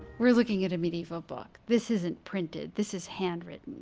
we're looking at a medieval book. this isn't printed, this is handwritten.